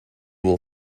will